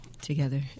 together